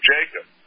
Jacob